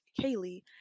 kaylee